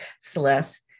Celeste